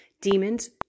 demons